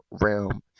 realm